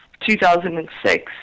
2006